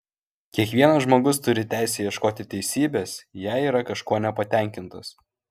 kiekvienas žmogus turi teisę ieškoti teisybės jei yra kažkuo nepatenkintas